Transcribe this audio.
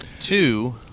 Two